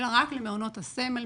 אלא רק למעונות הסמל.